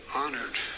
honored